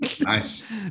Nice